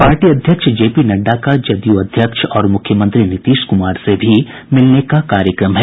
party अध्यक्ष J P Nadda का जदयू अध्यक्ष और मुख्यमंत्री नीतीश कुमार से भी मिलने का कार्यक्रम है